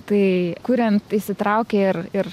tai kuriant įsitraukė ir ir